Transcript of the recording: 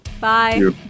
Bye